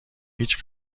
هیچ